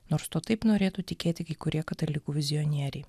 nors tuo taip norėtų tikėti kai kurie katalikų vizionieriai